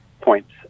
points